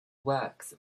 works